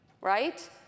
right